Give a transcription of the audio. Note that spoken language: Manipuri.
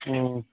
ꯎꯝ